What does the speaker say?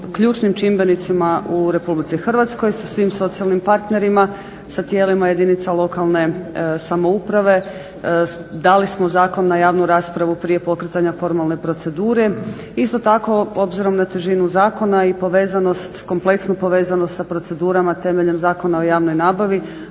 Hrvatskoj, sa svim socijalnim partnerima, sa tijelima jedinca lokalne samouprave. Dali so zakon na javnu raspravu prije pokretanja formalne procedure. Isto tako, obzirom na težinu zakona i povezanost, kompleksnu povezanost sa procedurama temeljem Zakona o javnoj nabavi